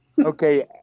Okay